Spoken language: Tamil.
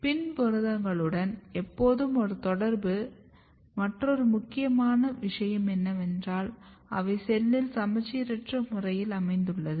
PIN புரதங்களுடன் எப்போதும் தொடர்புடைய மற்றொரு முக்கியமான விஷயம் என்னவென்றால் அவை செல்லில் சமச்சீரற்ற முறையில் அமைந்துள்ளது